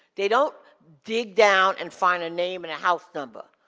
they don't dig down and find a name and a house number.